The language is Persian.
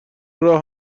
راه